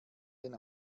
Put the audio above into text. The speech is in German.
denn